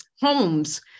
homes